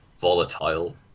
volatile